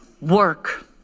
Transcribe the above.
work